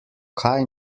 kaj